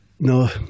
No